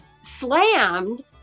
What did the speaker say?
slammed